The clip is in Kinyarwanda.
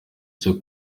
cyo